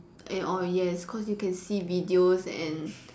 and or yes cause you can see videos and